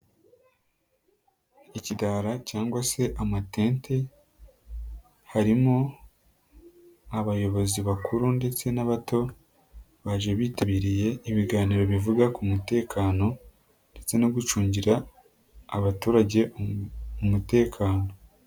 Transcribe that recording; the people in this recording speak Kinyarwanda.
Ikigara cyangwa se amatente, harimo abayobozi bakuru ndetse n'abato, baje bitabiriye ibiganiro bivuga ku mutekano ndetse no gucungira abaturage umutekano.